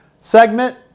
segment